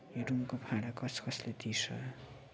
यो रुमको भाडा कसले कसले तिर्छ